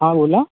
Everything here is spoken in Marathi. हां बोला